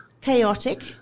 chaotic